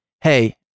Hey